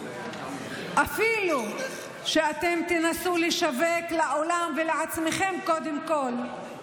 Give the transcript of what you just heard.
אפילו שאתם תנסו לשווק לעולם, ולעצמכם קודם כול,